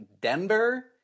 Denver